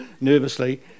nervously